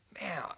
Man